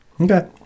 Okay